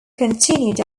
continued